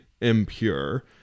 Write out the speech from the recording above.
impure